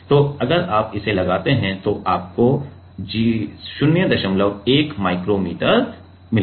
तो अगर आप इसे लगाते हैं तो आपको 01 माइक्रो मीटर मिलेगा